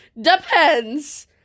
Depends